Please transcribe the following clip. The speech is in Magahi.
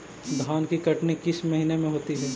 धान की कटनी किस महीने में होती है?